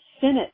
Senate